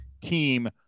team